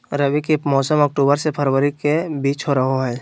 रबी के मौसम अक्टूबर से फरवरी के बीच रहो हइ